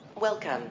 Welcome